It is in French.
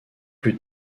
plus